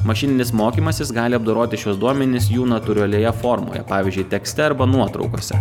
mašininis mokymasis gali apdoroti šiuos duomenis jų natūralioje formoje pavyzdžiui tekste arba nuotraukose